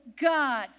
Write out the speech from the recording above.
God